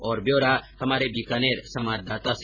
और ब्योरा हमारे बीकानेर संवाददाता से